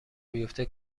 بیافته